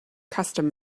custom